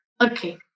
okay